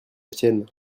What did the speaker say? tienne